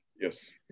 yes